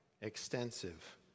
extensive